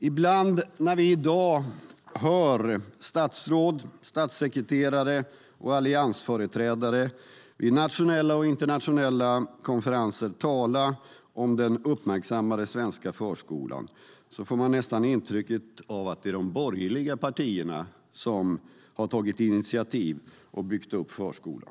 Ibland när man i dag hör statsråd, statssekreterare och andra alliansföreträdare tala på nationella och internationella konferenser om den uppmärksammade svenska förskolan får man nästan intrycket att det är de borgerliga partierna som har tagit initiativ och byggt upp förskolan.